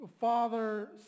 Father